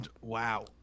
Wow